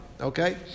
Okay